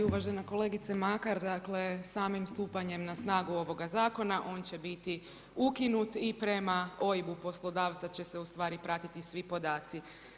Poštovana i uvažena kolegice Makar, dakle, samim stupanjem na snagu ovoga Zakona on će biti ukinut i prema OIB-u poslodavca će se u stvari pratiti svi podaci.